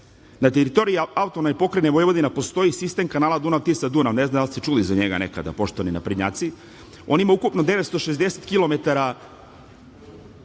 teritoriji AP Vojvodina postoji sistem kanala Dunav-Tisa-Dunav, ne znam da li ste čuli za njega nekada, poštovani naprednjaci, on ima ukupno 960